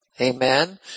Amen